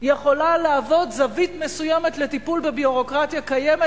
יכולה להוות זווית מסוימת לטיפול בביורוקרטיה קיימת,